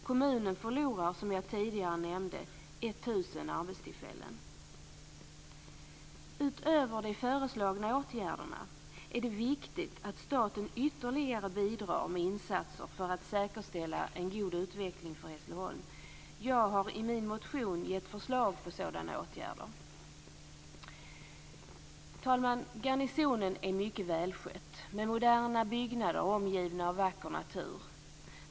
Kommunen förlorar som jag tidigare nämnde 1 000 Utöver de föreslagna åtgärderna är det viktigt att staten ytterligare bidrar med insatser för att säkerställa en god utveckling för Hässleholm. Jag har i min motion gett förslag på sådana åtgärder. Fru talman! Garnisonen är mycket välskött med moderna byggnader omgivna av vacker natur.